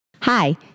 Hi